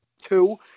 Two